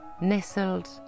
nestled